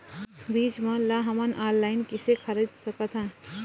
बीज मन ला हमन ऑनलाइन कइसे खरीद सकथन?